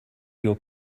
your